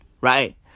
right